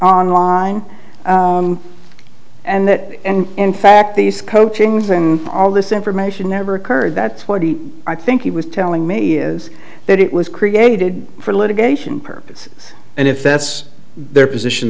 on line and that and in fact these coping thing all this information never occurred that twenty i think he was telling me is that it was created for litigation purpose and if that's their position